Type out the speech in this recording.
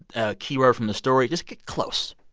a keyword from the story just get close.